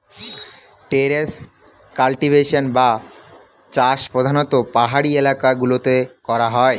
terrace cultivation বা চাষ প্রধানতঃ পাহাড়ি এলাকা গুলোতে করা হয়